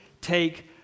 take